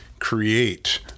create